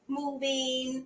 moving